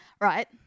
right